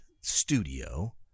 studio